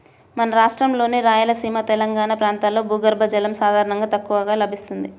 మన రాష్ట్రంలోని రాయలసీమ, తెలంగాణా ప్రాంతాల్లో భూగర్భ జలం సాధారణంగా తక్కువగా లభిస్తుంది